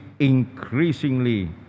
increasingly